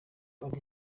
ari